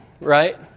right